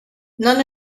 none